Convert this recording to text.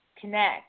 connect